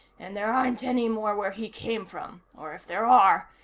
and there aren't any more where he came from. or if there are,